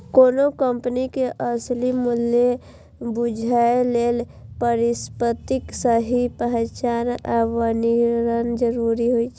कोनो कंपनी के असली मूल्य बूझय लेल परिसंपत्तिक सही पहचान आ वर्गीकरण जरूरी होइ छै